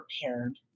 prepared